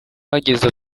ahageze